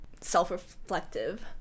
self-reflective